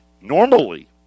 Normally